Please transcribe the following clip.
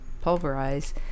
pulverize